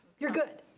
you're good.